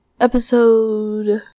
episode